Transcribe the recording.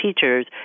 teachers